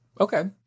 Okay